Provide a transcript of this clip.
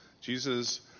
Jesus